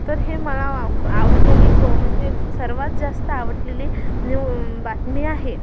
तर हे मला आवडलेली गो म्हणजे सर्वात जास्त आवडलेली न्यु बातमी आहे